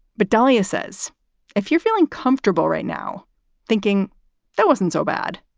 but dullea says if you're feeling comfortable right now thinking that wasn't so bad,